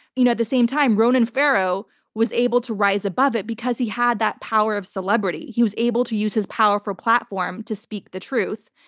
you know at the same time, ronan farrow was able to rise above it because he had that power of celebrity. he was able to use his power for a platform to speak the truth.